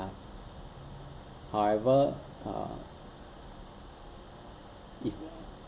however uh if